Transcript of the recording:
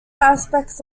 aspects